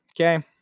Okay